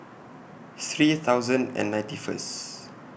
three thousand and ninety First